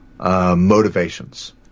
Motivations